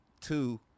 Two